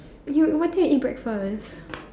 you what time you eat breakfast